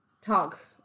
talk